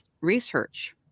research